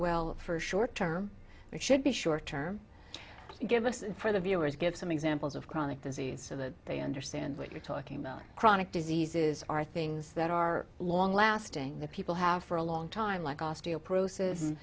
well for short term and should be short term give us for the viewers give some examples of chronic disease so that they understand what you're talking about chronic diseases are things that are long lasting the people have for a long time like osteoporosis